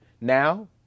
Now